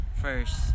First